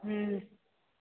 ம்ம்